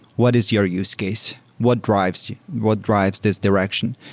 what is your use case? what drives you? what drives this direction?